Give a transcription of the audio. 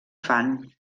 fan